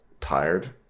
tired